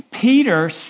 Peter